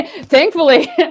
Thankfully